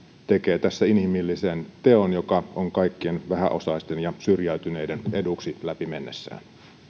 tekee tässä inhimillisen teon joka on kaikkien vähäosaisten ja syrjäytyneiden eduksi läpi mennessään